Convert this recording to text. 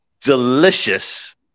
delicious